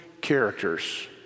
characters